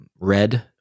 red